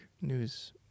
News